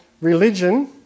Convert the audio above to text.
religion